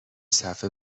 صفحه